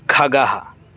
खगः